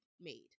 made